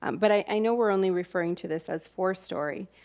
um but i know we're only referring to this as four story.